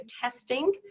testing